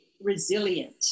resilient